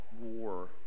war